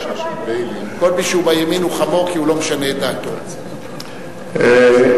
אחרי ניתוח קטרקט מורידים את